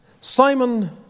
Simon